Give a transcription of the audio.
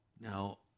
Now